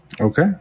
Okay